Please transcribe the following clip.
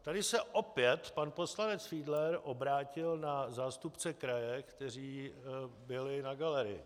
Tady se opět pan poslanec Fiedler obrátil na zástupce kraje, kteří byli na galerii.